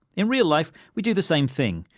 in real life, we do the same thing.